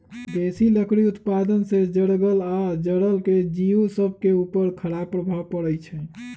बेशी लकड़ी उत्पादन से जङगल आऽ जङ्गल के जिउ सभके उपर खड़ाप प्रभाव पड़इ छै